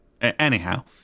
Anyhow